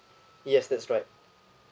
yes that's right